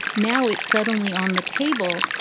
now it's suddenly on the table.